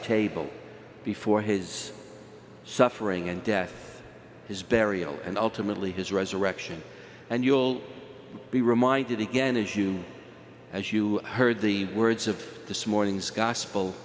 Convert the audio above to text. table before his suffering and death his burial and ultimately his resurrection and you will be reminded again as you as you heard the words of this morning's gospel